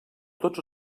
tots